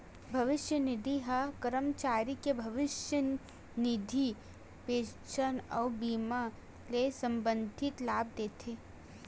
भविस्य निधि ह करमचारी के भविस्य निधि, पेंसन अउ बीमा ले संबंधित लाभ देथे